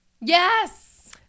Yes